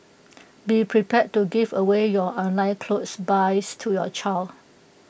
be prepared to give away your online clothes buys to your child